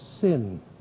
sin